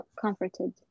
comforted